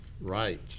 Right